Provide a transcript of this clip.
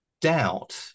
doubt